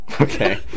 Okay